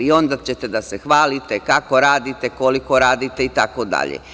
I, onda ćete da se hvalite kako radite, koliko radite itd.